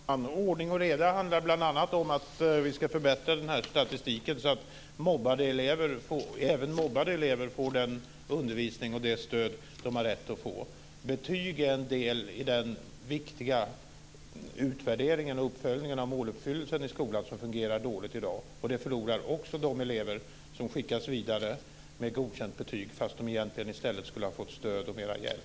Fru talman! Ordning och reda handlar bl.a. om att vi ska förbättra statistiken så att även mobbade elever får den undervisning och det stöd de har rätt att få. Betyg är en del i den viktiga utvärderingen och uppföljningen av måluppfyllelsen i skolan, som fungerar dåligt i dag. Det förlorar också de elever på som skickas vidare med godkänt betyg fast de egentligen i stället skulle ha fått stöd och mer hjälp.